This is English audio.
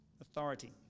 authority